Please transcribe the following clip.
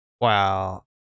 Wow